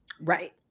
Right